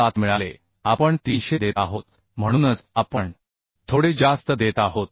7 मिळाले आपण 300 देत आहोत म्हणूनच आपण थोडे जास्त देत आहोत